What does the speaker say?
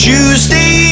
Tuesday